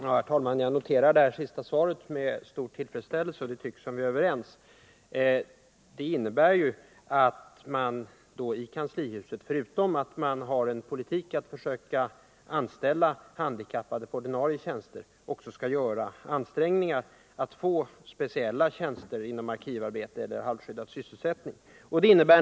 Herr talman! Jag noterar det sista svaret med stor tillfredsställelse. Vi tycks vara överens. Det som Olof Johansson sade skulle alltså innebära att man, förutom att man försöker anställa handikappade på ordinarie tjänster, också vill göra ansträngningar att ordna speciella tjänster när det gäller arkivarbete eller halvskyddad sysselsättning.